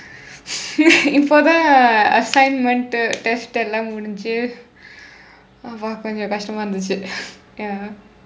இப்போ தான்:ippoo thaan assignment test எல்லாம் முடிச்சு அப்போ கொஞ்சம் கஷ்டமா இருந்துச்சு:ellaam mudichsu appoo konjsam kashdamaa irundthuchsu ya